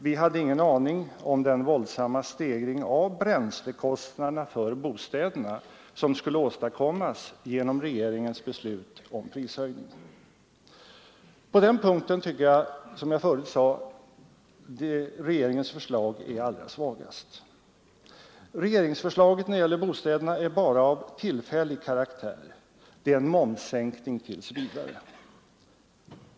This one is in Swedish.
Vi hade ingen aning om den våldsamma stegringen av bränslekostnaderna för bostäderna som skulle åstadkommas genom regeringens beslut om prishöjningar. På den punkten tycker jag, som jag förut sade, att regeringens förslag är allra svagast. Regeringsförslaget när det gäller bostäderna är bara av tillfällig karaktär — en momssänkning tills vidare.